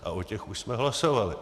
A o těch už jsme hlasovali.